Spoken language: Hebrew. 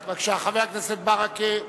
בבקשה, חבר הכנסת ברכה.